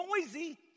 noisy